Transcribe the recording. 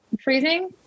freezing